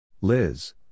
Liz